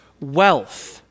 wealth